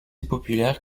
populaires